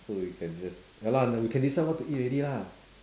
so we can just ya lah and we can decide what to eat already lah